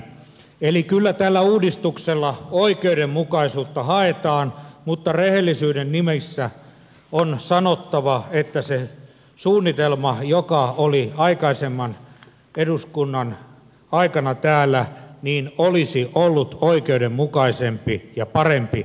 eli kyllä tällä uudistuksella oikeudenmukaisuutta haetaan mutta rehellisyyden nimissä on sanottava että se suunnitelma joka oli aikaisemman eduskunnan aikana täällä olisi ollut oikeudenmukaisempi ja parempi